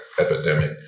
epidemic